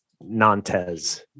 Nantes